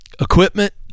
equipment